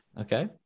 Okay